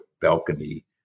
balcony